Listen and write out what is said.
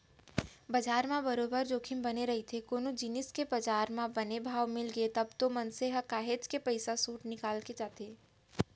बजार म बरोबर जोखिम बने रहिथे कोनो जिनिस के बजार म बने भाव मिलगे तब तो मनसे ह काहेच के पइसा सोट के निकल जाथे